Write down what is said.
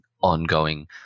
ongoing